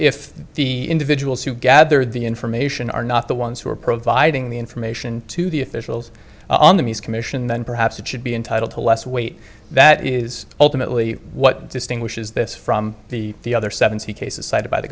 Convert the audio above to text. if the individuals who gather the information are not the ones who are providing the information to the officials on the news commission then perhaps it should be entitled to less weight that is ultimately what distinguishes this from the the other seventy cases cited by the